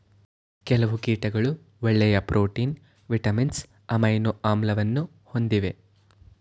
ಕೆಲವು ಕೀಟಗಳು ಒಳ್ಳೆಯ ಪ್ರೋಟೀನ್, ವಿಟಮಿನ್ಸ್, ಅಮೈನೊ ಆಮ್ಲವನ್ನು ಹೊಂದಿವೆ